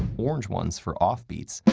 orange ones for off beats,